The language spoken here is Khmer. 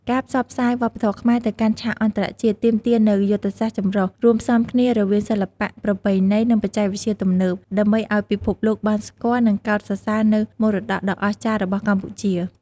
ការផ្សព្វផ្សាយវប្បធម៌ខ្មែរទៅកាន់ឆាកអន្តរជាតិទាមទារនូវយុទ្ធសាស្ត្រចម្រុះ រួមផ្សំគ្នារវាងសិល្បៈប្រពៃណី និងបច្ចេកវិទ្យាទំនើប ដើម្បីឱ្យពិភពលោកបានស្គាល់ និងកោតសរសើរនូវមរតកដ៏អស្ចារ្យរបស់កម្ពុជា។